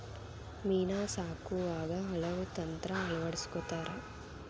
ಮೇನಾ ಸಾಕುವಾಗ ಹಲವು ತಂತ್ರಾ ಅಳವಡಸ್ಕೊತಾರ